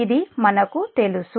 ఇవి మనకు తెలుసు